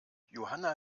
johanna